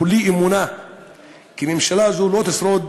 כולי אמונה שממשלה זו לא תשרוד,